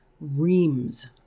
reams